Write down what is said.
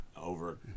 over